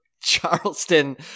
Charleston